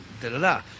da-da-da